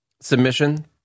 submission